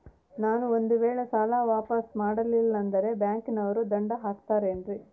ನಾನು ಒಂದು ವೇಳೆ ಸಾಲ ವಾಪಾಸ್ಸು ಮಾಡಲಿಲ್ಲಂದ್ರೆ ಬ್ಯಾಂಕನೋರು ದಂಡ ಹಾಕತ್ತಾರೇನ್ರಿ?